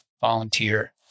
volunteer